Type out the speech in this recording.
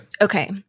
okay